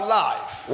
life